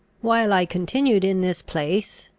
while i continued in this place,